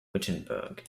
wittenberg